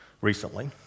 recently